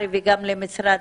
להר"י ולמשרד